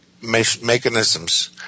mechanisms